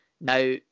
Now